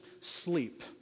sleep